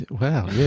Wow